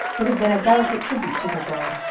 would have been a delicate tribute to the girl,